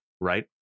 right